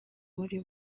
muri